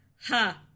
Ha